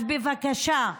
אז בבקשה,